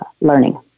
learning